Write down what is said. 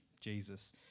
Jesus